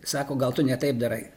sako gal tu ne taip darai